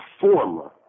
performer